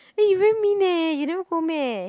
eh you very mean eh you never go meh